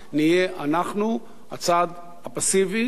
נהיה אנחנו הצד הפסיבי,